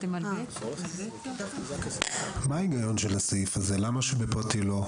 עוזר הרופא שמבצע אותן חלה עליו גם אחריות פלילית,